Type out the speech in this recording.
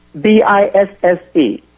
B-I-S-S-E